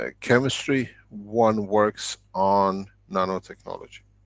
ah chemistry, one works on nano technology.